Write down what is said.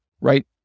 right